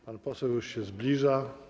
Pan poseł już się zbliża.